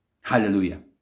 Hallelujah